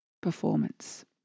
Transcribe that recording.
performance